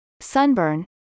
sunburn